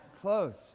close